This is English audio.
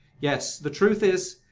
yes, the truth is